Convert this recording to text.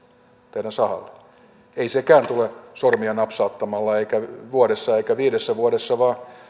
teidän sahallenne ei sekään tulee sormia napsauttamalla eikä vuodessa eikä viidessä vuodessa vaan